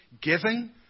Giving